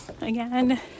again